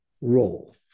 role